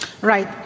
Right